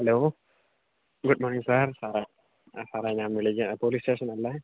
hello good മോണിങ് sir സാറേ ആ സാറേ ഞാൻ വിളി ക്കാ പോലീസ്സ്റ്റേഷനല്ലേ